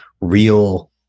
real